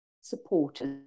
supporters